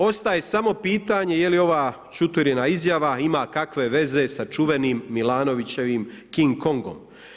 Ostaje samo pitanje je li ova Čuturina izjava ima kakve veze sa čuvenim Milanovićevim King Kongom.